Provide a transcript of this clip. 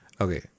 Okay